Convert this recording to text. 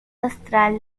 austral